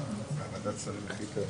כאלה ואחרים עם חברות הכנסת המציעות,